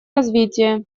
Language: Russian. развития